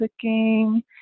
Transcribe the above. cooking